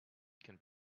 can